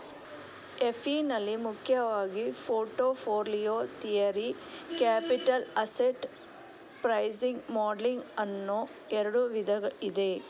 FE ನಲ್ಲಿ ಮುಖ್ಯವಾಗಿ portfolio theory, capital asset pricing modelling ಅನ್ನೋ ಎರಡು ವಿಧ ಇದೆ